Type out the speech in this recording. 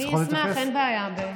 אני אשמח, אין בעיה.